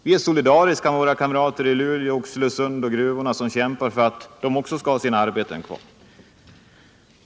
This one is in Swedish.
Vi är solidariska med våra Kamrater i Luleå, Oxelösund och i gruvorna, och kämpar även för att de skall ha sina arbeten kvar.